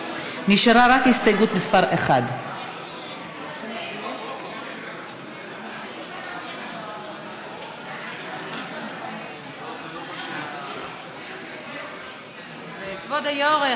נשארה רק הסתייגות מס' 1. כבוד היושבת-ראש,